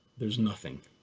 there's nothing,